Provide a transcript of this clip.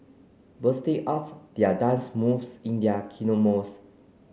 busting out their dance moves in their